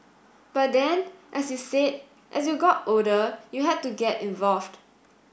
but then as you said as you got older you had to get involved